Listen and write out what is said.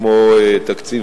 כמו תקציב